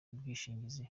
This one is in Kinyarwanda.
ubwishingizi